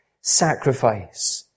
sacrifice